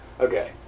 Okay